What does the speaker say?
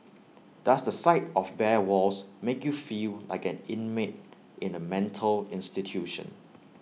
does the sight of bare walls make you feel like an inmate in A mental institution